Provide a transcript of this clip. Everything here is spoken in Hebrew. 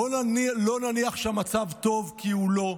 בואו לא נניח שהמצב טוב, כי הוא לא.